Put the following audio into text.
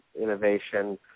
innovation